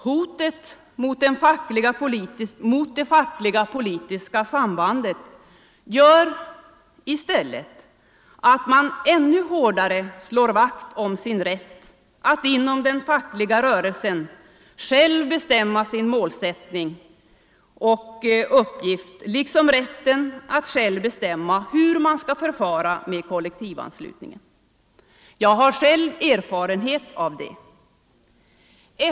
Hotet mot det fackliga-politiska sambandet gör i stället att man ännu hårdare slår vakt om sin rätt att inom den fackliga rörelsen själv bestämma sin målsättning och sina uppgifter liksom rätten att själv bestämma hur man skall förfara med kollektivanslutningen. Jag har själv erfarenhet av det.